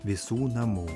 visų namų